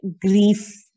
grief